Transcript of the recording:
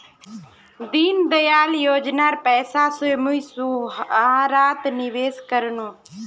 दीनदयाल योजनार पैसा स मुई सहारात निवेश कर नु